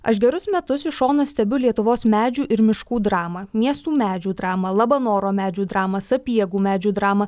aš gerus metus iš šono stebiu lietuvos medžių ir miškų dramą miestų medžių dramą labanoro medžių dramą sapiegų medžių dramą